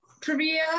trivia